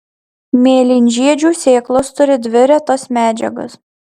mėlynžiedžių sėklos turi dvi retas medžiagas